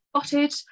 spotted